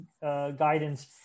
guidance